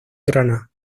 granada